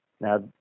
Now